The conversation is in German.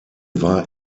war